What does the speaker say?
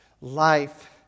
life